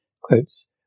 Quotes